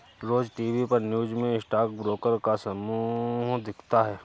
रोज TV पर news में stock broker का समूह दिखता है